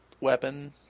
weapon